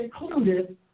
included